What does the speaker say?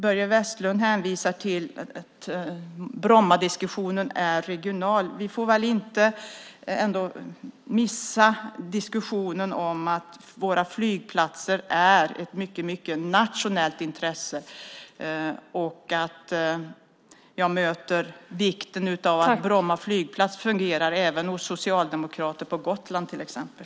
Börje Vestlund hänvisar till att Brommadiskussionen är regional. Vi får ändå inte missa diskussionen om att våra flygplatser är ett mycket nationellt intresse. Jag möter vikten av att Bromma flygplats fungerar även hos socialdemokrater på Gotland, till exempel.